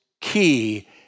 key